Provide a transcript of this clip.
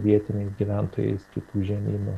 vietiniais gyventojais kitų žemynų